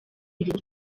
uruhu